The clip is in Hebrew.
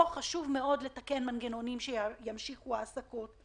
חשוב מאוד לתקן מנגנונים כדי שימשיכו העסקות.